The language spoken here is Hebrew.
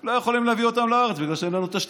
לא יכולים להביא אותם לארץ בגלל שאין לנו תשתית,